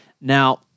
Now